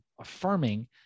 affirming